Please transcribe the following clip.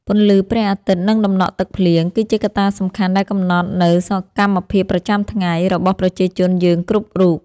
ពន្លឺព្រះអាទិត្យនិងតំណក់ទឹកភ្លៀង គឺជាកត្តាសំខាន់ដែលកំណត់នូវសកម្មភាពប្រចាំថ្ងៃរបស់ប្រជាជនយើងគ្រប់រូប។